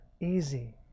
easy